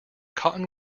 cotton